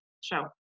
show